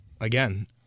again